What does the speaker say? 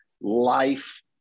life